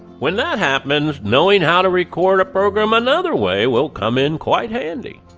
when that happens, knowing how to record a program another way will come in quite handy.